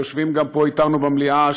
שגם יושבים פה אתנו במליאה,